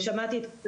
תודה